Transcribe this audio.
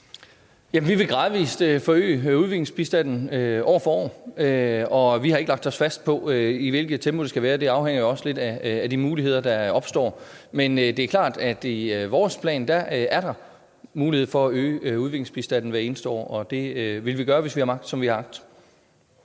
Vi vil gradvist forøge udviklingsbistanden år for år, og vi har ikke lagt os fast på, i hvilket tempo det skal være. Det afhænger jo også af de muligheder, der opstår, men det er klart, at der i vores plan er mulighed for at øge udviklingsbistanden hvert eneste år, og det vil vi gøre, hvis vi får magt, som vi har agt.